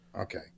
Okay